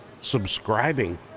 subscribing